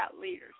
leaders